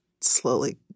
slowly